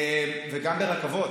וגם ברכבות.